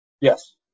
Yes